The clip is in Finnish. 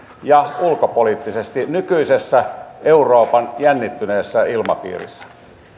ja ulkopoliittisesti nykyisessä euroopan jännittyneessä ilmapiirissä